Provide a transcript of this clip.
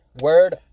word